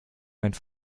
meinen